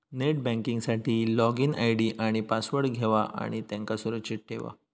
net banking साठी login ID आणि password घेवा आणि त्यांका सुरक्षित ठेवा